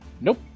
Nope